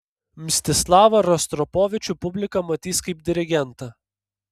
mstislavą rostropovičių publika matys kaip dirigentą